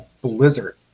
blizzard